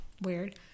Weird